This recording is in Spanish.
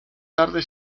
tarde